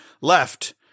left